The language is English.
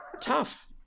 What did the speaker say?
Tough